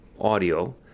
audio